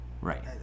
Right